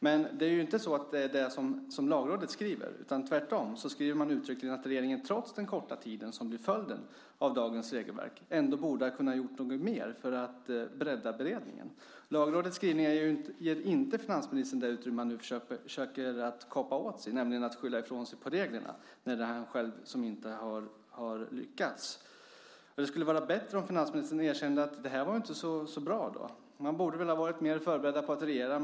Men det är inte det som Lagrådet skriver, utan tvärtom skriver man uttryckligen att regeringen, trots den korta tid som blir följden av dagens regelverk, ändå borde ha kunnat göra mer för att bredda beredningen. Lagrådets skrivning ger inte finansministern det utrymme han nu försöker att kapa åt sig, nämligen att skylla ifrån sig på reglerna när han själv inte har lyckats. Det skulle vara bättre om finansministern erkände att det här inte var så bra. Man borde ha varit mer förberedd på att regera.